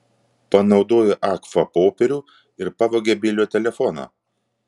panaudojo agfa popierių ir pavogė bilio telefoną